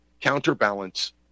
counterbalance